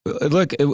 Look